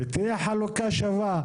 ותהיה חלוקה שווה,